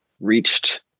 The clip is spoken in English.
reached